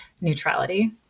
neutrality